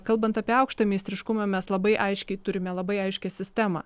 kalbant apie aukštą meistriškumą mes labai aiškiai turime labai aiškią sistemą